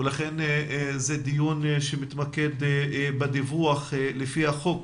לכן זה דיון שמתמקד בדיווח לפי החוק